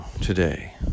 today